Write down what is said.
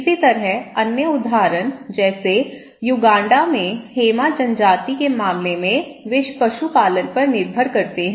इसी तरह अन्य उदाहरण जैसे युगांडा में हेमा जनजाति के मामले में वे पशुपालन पर निर्भर करते हैं